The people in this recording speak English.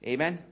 Amen